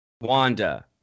Wanda